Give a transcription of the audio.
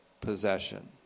possession